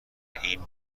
این